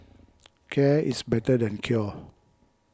care is better than cure